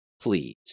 Please